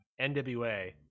NWA